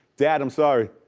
dad, i'm sorry.